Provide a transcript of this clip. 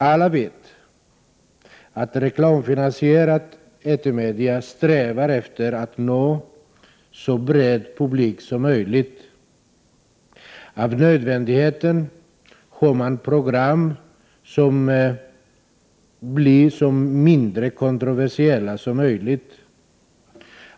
Alla vet att reklamfinansierade etermedier strävar efter att nå så bred publik som möjligt. Av nödvändighet får man program som blir så litet kontroversiella som möjligt.